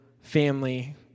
family